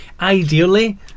ideally